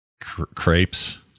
crepes